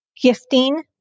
gifting